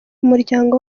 umuryango